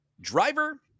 Driver